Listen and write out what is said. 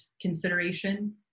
consideration